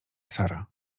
sara